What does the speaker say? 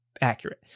Accurate